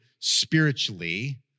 spiritually